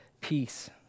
peace